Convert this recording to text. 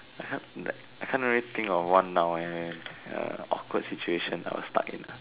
I can't I can't really think of one now eh awkward situation I was stuck in ah